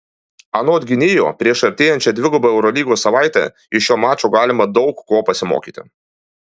anot gynėjo prieš artėjančią dvigubą eurolygos savaitę iš šio mačo galima daug ko pasimokyti